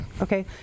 okay